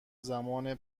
زمان